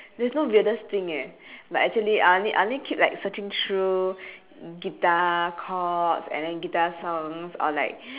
there's no weirdest thing eh but actually I only I only keep like searching through guitar cords and then guitar songs or like